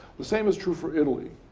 the same is true for italy.